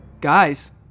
Guys